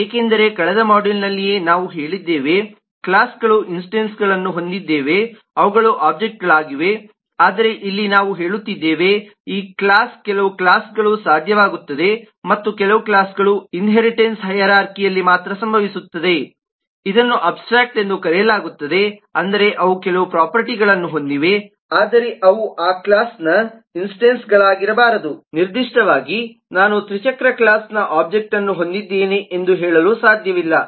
ಏಕೆಂದರೆ ಕಳೆದ ಮಾಡ್ಯೂಲ್ ನಲ್ಲಿಯೇ ನಾವು ಹೇಳಿದ್ದೇವೆ ಕ್ಲಾಸ್ಗಳು ಇನ್ಸ್ಟೆನ್ಸ್ಗಳನ್ನು ಹೊಂದಿದ್ದೇವೆ ಅವುಗಳು ಒಬ್ಜೆಕ್ಟ್ಗಳಾಗಿವೆ ಆದರೆ ಇಲ್ಲಿ ನಾವು ಹೇಳುತ್ತಿದ್ದೇವೆ ಈ ಕ್ಲಾಸ್ ಕೆಲವು ಕ್ಲಾಸ್ಗಳು ಸಾಧ್ಯವಾಗುತ್ತವೆ ಮತ್ತು ಕೆಲವು ಕ್ಲಾಸ್ಗಳು ಇನ್ಹೇರಿಟನ್ಸ್ ಹೈರಾರ್ಖಿಯಲ್ಲಿ ಮಾತ್ರ ಸಂಭವಿಸುತ್ತವೆ ಇದನ್ನು ಅಬ್ಸ್ಟ್ರ್ಯಾಕ್ಟ್ ಎಂದು ಕರೆಯಲಾಗುತ್ತದೆ ಅಂದರೆ ಅವು ಕೆಲವು ಪ್ರೊಪರ್ಟಿಗಳನ್ನು ಹೊಂದಿವೆ ಆದರೆ ಅವು ಆ ಕ್ಲಾಸ್ನ ಇನ್ಸ್ಟೆನ್ಸ್ಗಳಾಗಿರಬಾರದು ನಿರ್ದಿಷ್ಟವಾಗಿ ನಾನು ತ್ರಿಚಕ್ರ ಕ್ಲಾಸ್ನ ಒಬ್ಜೆಕ್ಟ್ಅನ್ನು ಹೊಂದಿದ್ದೇನೆ ಎಂದು ಹೇಳಲು ಸಾಧ್ಯವಿಲ್ಲ